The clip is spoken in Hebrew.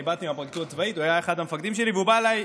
אני באתי מהפרקליטות הצבאית, והוא בא אליי,